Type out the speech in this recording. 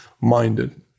minded